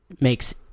makes